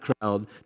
crowd